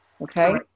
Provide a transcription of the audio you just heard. Okay